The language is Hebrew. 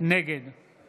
נגד